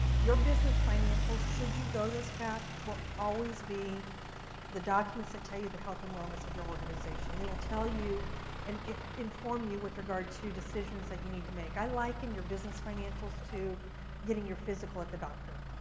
your business financials should you go this path, will always be the documents that tell you the health and wellness of your organization. they will tell you and inform you with regard to decisions that you need to make. i liken your business financials to getting a physical at the doctor.